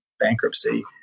bankruptcy